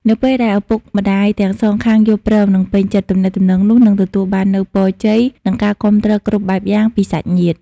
នៅពេលដែលឪពុកម្ដាយទាំងសងខាងយល់ព្រម និងពេញចិត្ត ទំនាក់ទំនងនោះនឹងទទួលបាននូវពរជ័យ និងការគាំទ្រគ្រប់បែបយ៉ាងពីសាច់ញាតិ។